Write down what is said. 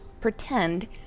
pretend